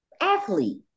athlete